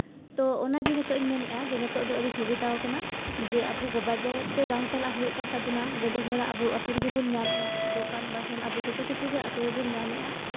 ᱛᱚ ᱚᱱᱟᱜᱮ ᱱᱤᱛᱚᱜ ᱤᱧ ᱢᱮᱱᱮᱫᱼᱟ ᱡᱮ ᱱᱤᱛᱚᱜ ᱫᱚ ᱟᱹᱰᱤ ᱥᱩᱵᱤᱫᱷᱟᱣ ᱠᱟᱱᱟ ᱡᱮ ᱟᱵᱚ ᱵᱟᱡᱟᱨ ᱛᱮ ᱵᱟᱝ ᱪᱟᱞᱟᱜ ᱦᱩᱭᱩᱜ ᱠᱟᱱ ᱛᱟᱵᱳᱱᱟ ᱜᱟᱹᱰᱤ ᱜᱳᱲᱟ ᱟᱵᱚ ᱟᱛᱳ ᱨᱮᱜᱮ ᱵᱚᱱ ᱧᱟᱢᱮᱜᱼᱟ ᱫᱳᱠᱟᱱ ᱵᱟᱥᱚᱱ ᱟᱵᱚ ᱡᱚᱛᱚ ᱠᱤᱪᱷᱩ ᱜᱮ ᱟᱛᱳ ᱨᱮᱵᱚᱱ ᱧᱟᱢᱮᱜᱼᱟ